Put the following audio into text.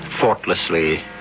thoughtlessly